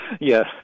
Yes